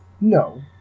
No